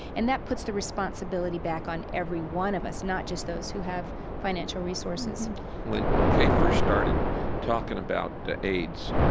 and that puts the responsibility back on every one of us, not just those who have financial resources mm-hmm when kay first started talking about the aids,